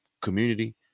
community